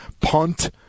Punt